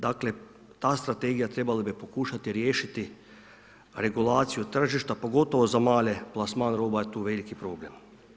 Dakle ta strategija trebala bi pokušati riješiti regulaciju tržišta pogotovo za male plasman roba je tu veliki problem.